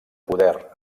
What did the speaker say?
poder